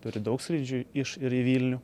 turi daug skrydžių iš ir į vilnių